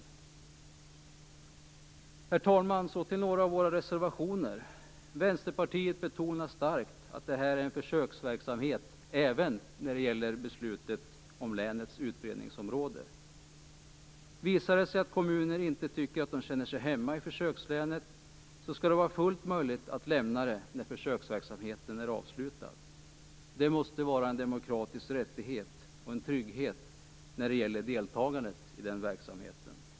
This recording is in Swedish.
Herr talman! Så till några av våra reservationer. Vänsterpartiet betonar starkt att detta är en försöksverksamhet, även när det gäller beslutet om länets utbredningsområde. Visar det sig att man från kommunernas sida inte känner sig hemma i försökslänet, skall det vara fullt möjligt att lämna det när försöksverksamheten är avslutad. Det måste vara en demokratisk rättighet och en trygghet när det gäller deltagandet i den verksamheten.